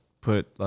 put